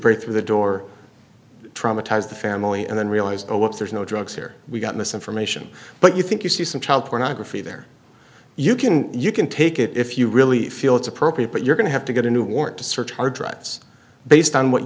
break through the door traumatize the family and then realized oh what's there's no drugs here we've got misinformation but you think you see some child pornography there you can you can take it if you really feel it's appropriate but you're going to have to get a new warrant to search hard rights based on what